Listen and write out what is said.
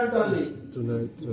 Tonight